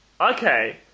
Okay